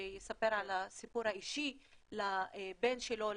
שיספר על הסיפור האישי של הבן שלו,